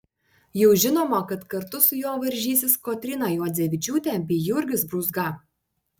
jau žinoma kad kartu su juo varžysis kotryna juodzevičiūtė bei jurgis brūzga